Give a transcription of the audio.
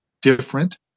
different